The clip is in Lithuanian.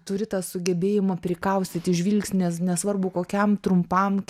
turi tą sugebėjimą prikaustyti žvilgsnį nesvarbu kokiam trumpam